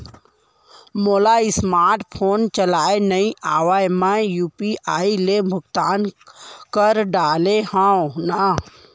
मोला smartphone चलाए नई आए मैं यू.पी.आई ले भुगतान कर डरिहंव न?